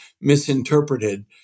misinterpreted